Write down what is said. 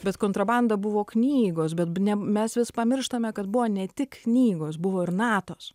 bet kontrabanda buvo knygos bet mes vis pamirštame kad buvo ne tik knygos buvo ir natos